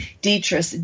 Dietrich